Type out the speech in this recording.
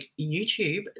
YouTube